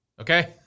okay